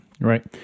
Right